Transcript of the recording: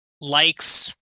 likes